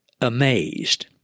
amazed